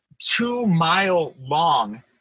two-mile-long